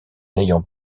n’ayant